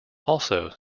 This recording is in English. also